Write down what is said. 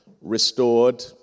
restored